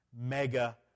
mega